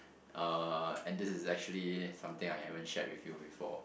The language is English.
uh and this is actually something I haven't shared with you before